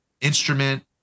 instrument